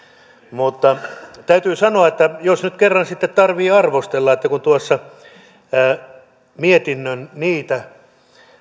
mutta täytyy sanoa että jos nyt kerran sitten täytyy arvostella kun tuossa niitä